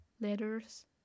letters